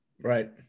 Right